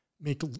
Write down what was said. make